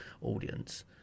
audience